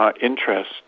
interest